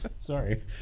Sorry